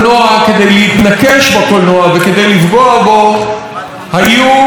בקולנוע וכדי לפגוע בו היו רבים ומגוונים.